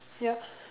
yup